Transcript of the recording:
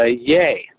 yay